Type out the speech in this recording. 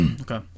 Okay